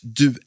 du